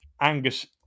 Angus